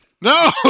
No